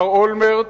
מר אולמרט,